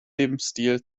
lebensstil